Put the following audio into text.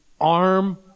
arm